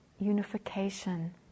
unification